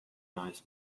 nice